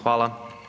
Hvala.